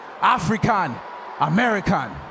African-American